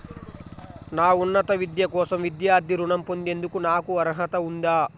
నా ఉన్నత విద్య కోసం విద్యార్థి రుణం పొందేందుకు నాకు అర్హత ఉందా?